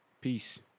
Peace